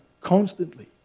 constantly